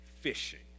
Fishing